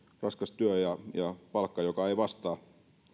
raskas työ ja ja palkka joka ei vastaa